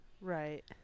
Right